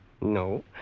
No